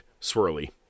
Swirly